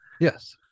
Yes